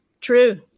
True